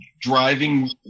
driving